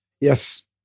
Yes